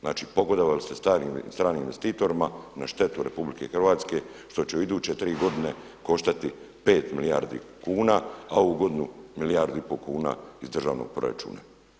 Znači pogodovali ste stranim investitorima na štetu RH što će u iduće tri godine koštati 5 milijardi kuna a ovu godinu milijardu i pol kuna iz državnog proračuna.